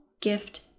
gift